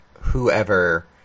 whoever